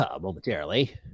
momentarily